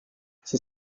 c’est